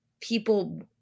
people